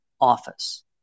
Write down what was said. office